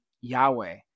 Yahweh